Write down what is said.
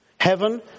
Heaven